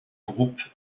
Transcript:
groupe